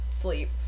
sleep